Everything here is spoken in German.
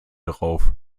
drauf